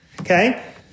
okay